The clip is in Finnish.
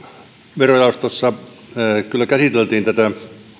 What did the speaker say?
verojaostossa kyllä käsiteltiin tätä